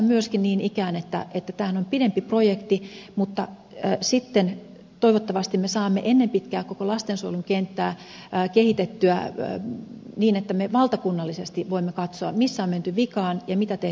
tämähän niin ikään on pidempi projekti mutta toivottavasti me saamme ennen pitkää koko lastensuojelun kenttää kehitettyä niin että me valtakunnallisesti voimme katsoa missä on menty vikaan ja mitä tehdään hyvin